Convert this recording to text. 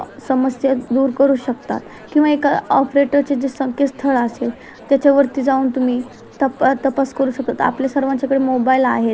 समस्या दूर करू शकतात किंवा एका ऑपरेटरचे जे संकेतस्थळ असेल त्याच्यावरती जाऊन तुम्ही तप तपास करू शकतात आपल्या सर्वांच्याकडे मोबाईल आहेत